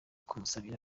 kumusabira